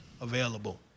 available